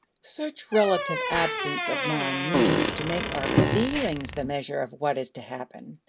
such relative absence of mind means to make our feelings the measure of what is to happen.